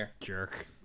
jerk